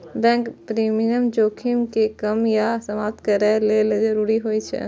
bank विनियमन जोखिम कें कम या समाप्त करै लेल जरूरी होइ छै